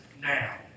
now